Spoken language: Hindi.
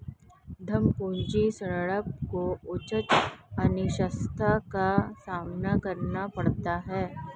उद्यम पूंजी स्टार्टअप को उच्च अनिश्चितता का सामना करना पड़ता है